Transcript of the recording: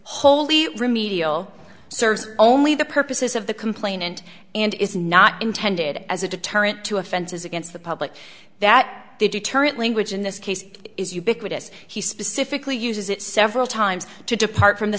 wholly remedial serves only the purposes of the complainant and is not intended as a deterrent to offenses against the public that the deterrent language in this case is ubiquitous he specifically uses it several times to depart from the